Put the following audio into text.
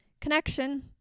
Connection